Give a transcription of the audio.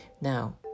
Now